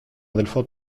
αδελφό